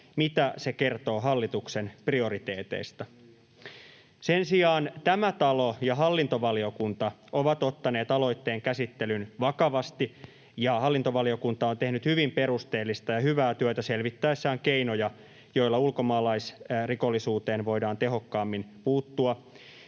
Mitä se kertoo hallituksen prioriteeteista? Sen sijaan tämä talo ja hallintovaliokunta ovat ottaneet aloitteen käsittelyn vakavasti, ja hallintovaliokunta on tehnyt hyvin perusteellista ja hyvää työtä selvittäessään keinoja, joilla ulkomaalaisrikollisuuteen voidaan tehokkaammin puuttua.